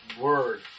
word